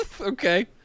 Okay